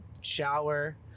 shower